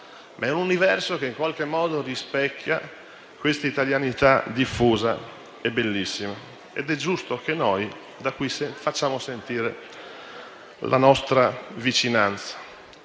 Ma è un universo che in qualche modo rispecchia questa italianità diffusa e bellissima ed è giusto che noi facciamo sentire loro la nostra vicinanza.